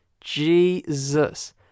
Jesus